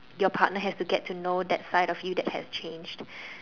your partner has to get to know that side of you that's changed